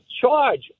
charge